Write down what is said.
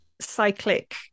cyclic